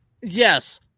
Yes